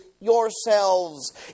yourselves